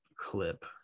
clip